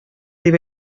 дип